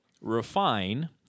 refine